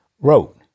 wrote